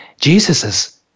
Jesus's